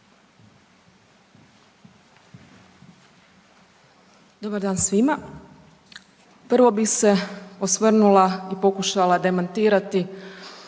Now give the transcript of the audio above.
Dobar dan svima. Prvo bi se osvrnula i pokušala demantirati